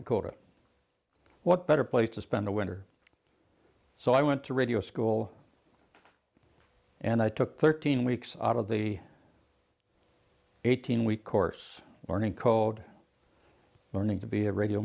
dakota what better place to spend the winter so i went to radio school and i took thirteen weeks out of the eighteen week course morning code learning to be a radio